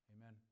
Amen